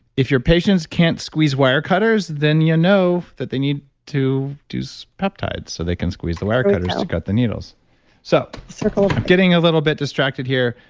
if your patients can't squeeze wire cutters, then you know that they need to do so peptides so they can squeeze the wire cutters to cut the needles so sort of getting a little bit distracted here.